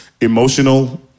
emotional